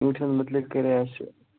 ژوٗٹھٮ۪ن متعلق کَرے اَسہِ